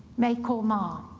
make or mar.